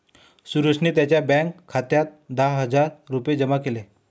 सुरेशने त्यांच्या बँक खात्यात दहा हजार रुपये जमा केले